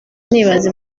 nibaza